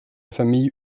famille